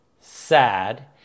sad